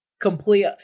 complete